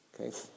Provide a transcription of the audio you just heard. Okay